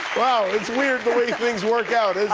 ah it's weird the way things work out, isn't